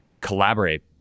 collaborate